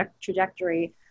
trajectory